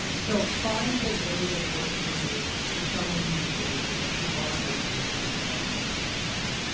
so find a way that works for you for someone you can believe in and you are making a change, you are making a difference.